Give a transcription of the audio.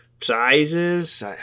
sizes